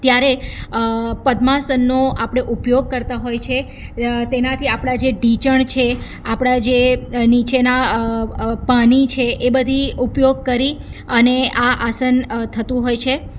ત્યારે પદ્માસનનો આપણે ઉપયોગ કરતા હોય છે તેનાથી આપણા જે ઢીંચણ છે આપણા જે નીચેના પાની છે એ બધી ઊપયોગ કરી અને આ આસન થતું હોય છે